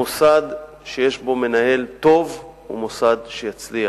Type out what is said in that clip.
אבל מוסד שיש בו מנהל טוב הוא מוסד שיצליח,